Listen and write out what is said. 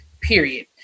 period